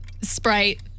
Sprite